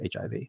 HIV